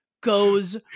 goes